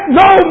no